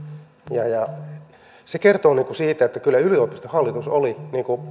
se kertoo siitä että kyllä yliopiston hallitus oli